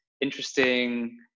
interesting